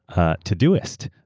ah to-do list.